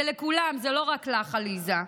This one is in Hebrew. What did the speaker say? זה לכולם, זה לא רק לך, עליזה.